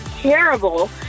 terrible